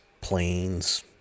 planes